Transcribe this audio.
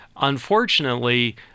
Unfortunately